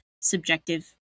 subjective